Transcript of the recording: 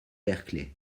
berkeley